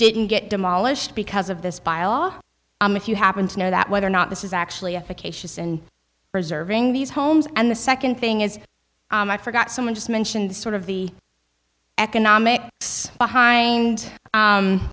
didn't get demolished because of this bylaw if you happen to know that whether or not this is actually acacias and preserving these homes and the second thing is i forgot someone just mentioned sort of the economics behind